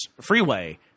freeway –